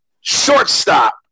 shortstop